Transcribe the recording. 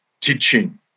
teaching